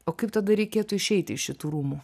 o kaip tada reikėtų išeiti iš šitų rūmų